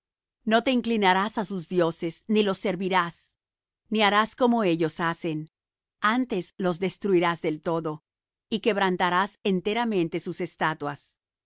no te inclinarás á sus dioses ni los servirás ni harás como ellos hacen antes los destruirás del todo y quebrantarás enteramente sus estatuas mas